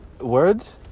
Words